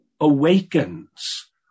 awakens